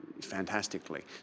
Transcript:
fantastically